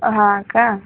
हां का